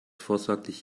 vorsorglich